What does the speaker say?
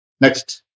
Next